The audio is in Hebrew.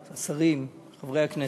השרים, חברי הכנסת,